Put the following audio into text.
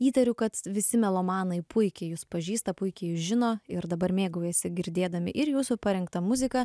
įtariu kad visi melomanai puikiai jus pažįsta puikiai jus žino ir dabar mėgaujasi girdėdami ir jūsų parengtą muziką